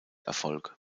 erfolg